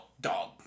dog